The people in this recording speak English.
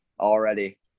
already